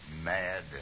mad